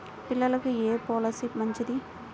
పిల్లలకు ఏ పొలసీ మంచిది?